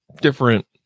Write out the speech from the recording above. different